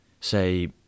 Say